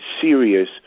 serious